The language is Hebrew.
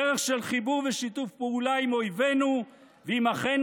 דרך של חיבור ושיתוף פעולה עם אויבינו ועם אחינו